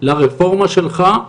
לרפורמה שלך,